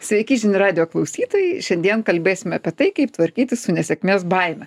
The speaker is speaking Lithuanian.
sveiki žinių radijo klausytojai šiandien kalbėsime apie tai kaip tvarkytis su nesėkmės baime